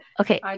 okay